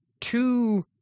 two